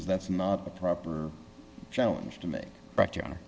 is that's not a proper challenge to me but your honor